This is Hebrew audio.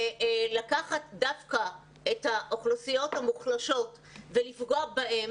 לקחת דווקא את האוכלוסיות המוחלשות ולפגוע בהן,